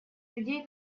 людей